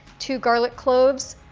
two garlic cloves,